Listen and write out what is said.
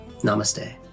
namaste